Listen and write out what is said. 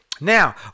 Now